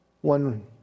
One